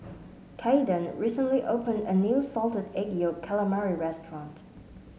Caiden recently opened a new Salted Egg Yolk Calamari restaurant